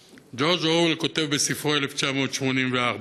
ג'ורג' אורוול כותב בספרו 1984: